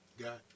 got